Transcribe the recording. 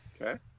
okay